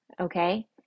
Okay